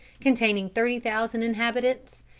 containing thirty thousand inhabitants,